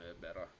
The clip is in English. better